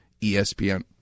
ESPN